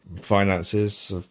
finances